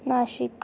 Nashik